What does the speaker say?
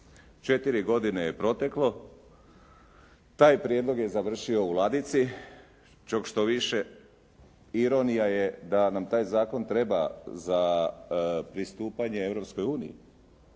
Četiri godine je proteklo. Taj prijedlog je završio u ladici. Čak što više ironija je da nam taj zakon treba za pristupanje